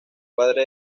padre